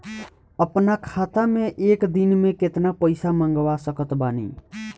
अपना खाता मे एक दिन मे केतना पईसा मँगवा सकत बानी?